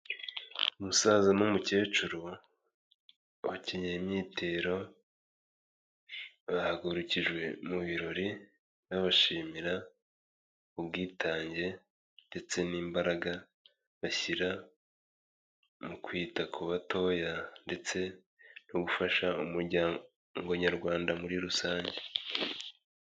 Umusaza n'umukecuru bakenyeye imyitero, bahagurukijwe mu birori babashimira ubwitange ndetse n'imbaraga bashyira mu kwita ku batoya ndetse no gufasha umuryango nyarwanda muri rusange.